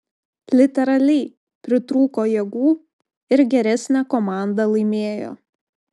literaliai pritrūko jėgų ir geresnė komanda laimėjo